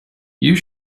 you